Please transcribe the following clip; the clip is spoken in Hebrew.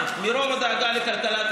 שמך הופיע עליה, ואגב, מותר גם להגיד טעיתי.